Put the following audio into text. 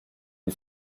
une